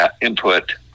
input